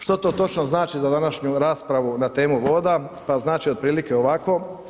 Što to točno znači za današnju raspravu na temu voda, pa znači otprilike ovako.